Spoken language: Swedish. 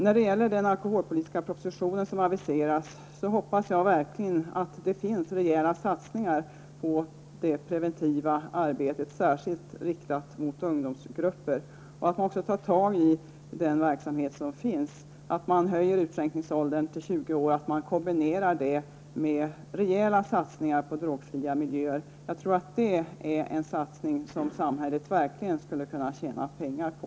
När det gäller den alkoholpolitiska proposition som aviseras, hoppas jag verkligen att det blir rejäla satsningar på det preventiva arbete som särskilt riktas mot ungdomsgrupper. Det är också viktigt att man tar tag i den verksamhet som finns, höjer utskänkningsåldern till 20 år och kombinerar detta med rejäla satsningar på drogfria miljöer. Detta är en satsning som samhället verkligen skulle kunna tjäna pengar på.